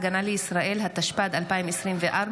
התשפ"ד 2024,